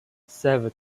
seven